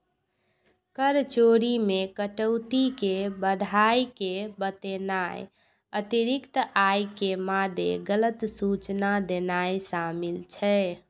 कर चोरी मे कटौती कें बढ़ाय के बतेनाय, अतिरिक्त आय के मादे गलत सूचना देनाय शामिल छै